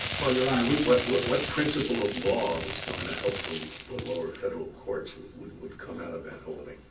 well, your honor, we scalia what what principle of law that's going to help the the lower federal courts would would come out of that holding?